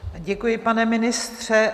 Děkuji, pane ministře.